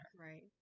Right